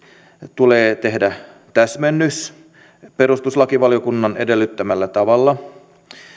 tulee tehdä täsmennys perustuslakivaliokunnan edellyttämällä tavalla